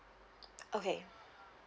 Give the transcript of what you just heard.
okay